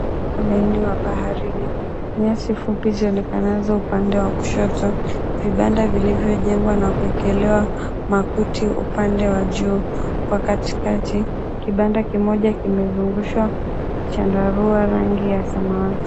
Mchanga laini wa baharini. Nyasi fupi zinaonekana upande wa kushoto. Vibanda vilivyojengwa na kuekelewa makuti upande wa juu. Kwa katikati, kibanda kimoja kimezungushwa chandarua rangi ya samawati.